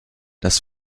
das